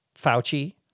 Fauci